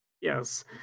Yes